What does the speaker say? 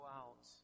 out